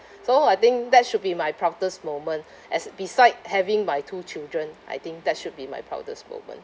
so I think that should be my proudest moment as beside having my two children I think that should be my proudest moment